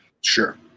sure